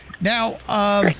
Now